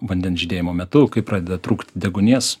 vandens žydėjimo metu kai pradeda trūkti deguonies